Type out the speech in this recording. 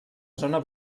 zona